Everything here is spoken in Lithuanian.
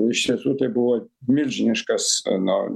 iš tiesų tai buvo milžiniškas na